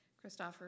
Christopher